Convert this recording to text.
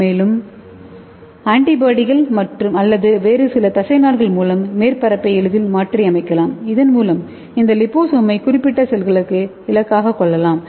மேலும் ஆன்டிபாடிகள் அல்லது வேறு சில தசைநார்கள் மூலம் மேற்பரப்பை எளிதில் மாற்றியமைக்கலாம் இதன்மூலம் இந்த லிபோசோமை குறிப்பிட்ட செல்களுக்கு இலக்காகக் கொள்ளலாம்